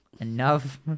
enough